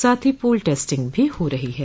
साथ ही pool testing भी हो रही है